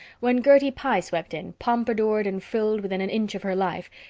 when gertie pye swept in, pompadoured and frilled within an inch of her life.